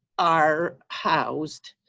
are housed.